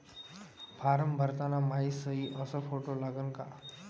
Form भरताना मायी सयी अस फोटो लागन का?